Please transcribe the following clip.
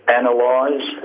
analyze